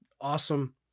Awesome